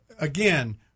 again